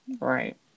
Right